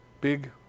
big